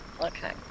Okay